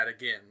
again